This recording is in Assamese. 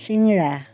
চিংৰা